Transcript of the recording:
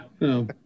no